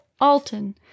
Alton